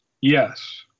Yes